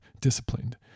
disciplined